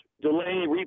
delay